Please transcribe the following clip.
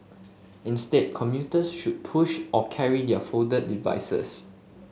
instead commuters should push or carry their folded devices